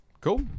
Cool